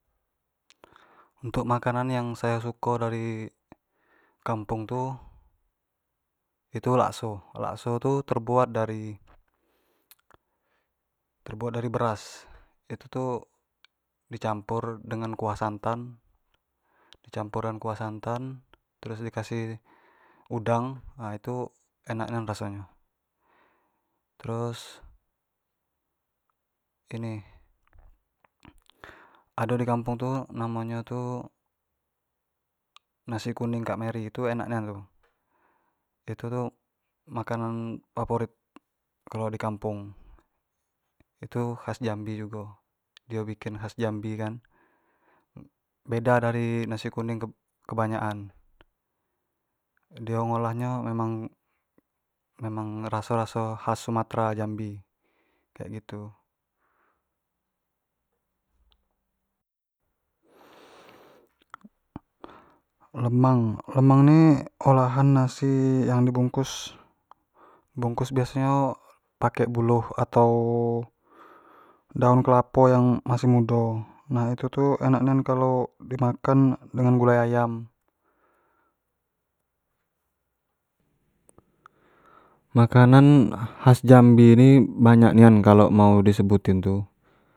Untuk makan yang sayo suko dari kampung tu, itu lakso, lakso tu terbuat dari terbuat dari beras, itu tu di campur dengan kuah santan di campur dengan kuah santan, terus di kasih udang, nah itu enak nian raso nyo, terus ini ado di kampung tu namo nyo tu nasi kuning kak meri, itu enak nian tu, itu tu makanan yang favorit kalo di kampung, itu khas jambi jugo, di bikin khas jambi kan, beda dari nasi kung kebanyak an, dio ngolah nyo memang, memang raso-raso khas sumatera jambi kek gitu lemang, lemang ni olahan nasi yang di bungkus, bungkus biaso nyo pake buluh atau daun kelapo yang masih mudo, nah itu tu enak nian kalau di makan dengan gulai ayam makanan khas jambi ni banyak nian kalau mau di sebutin tu.